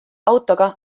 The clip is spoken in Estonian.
autoga